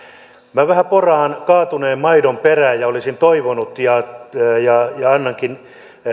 minä vähän poraan kaatuneen maidon perään olisin toivonut ja annankin